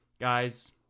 guys